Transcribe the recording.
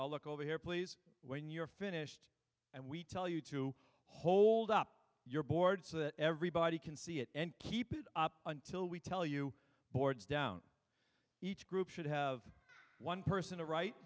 all look over here please when you're finished and we tell you to hold up your board so that everybody can see it and keep it up until we tell you boards down each group should have one person to write